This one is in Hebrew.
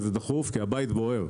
כי הבית בוער.